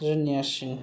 जुनियासिन